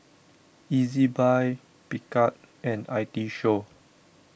Ezbuy Picard and I T Show